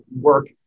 work